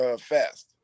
fast